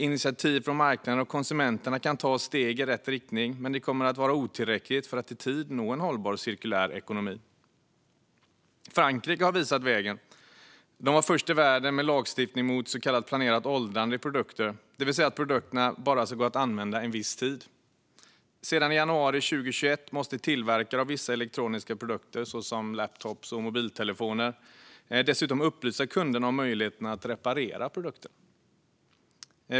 Initiativ från marknaden och konsumenterna kan ta oss steg i rätt riktning, men det kommer att vara otillräckligt för att vi i tid ska nå en hållbar cirkulär ekonomi. Frankrike har visat vägen. De var först i världen med lagstiftning mot så kallat planerat åldrande i produkter, det vill säga att produkterna bara ska gå att använda en viss tid. Sedan i januari 2021 måste tillverkare av vissa elektroniska produkter, såsom laptoppar och mobiltelefoner, dessutom upplysa kunderna om möjligheterna att reparera produkterna.